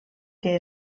que